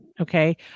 okay